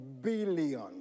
billion